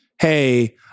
hey